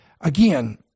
again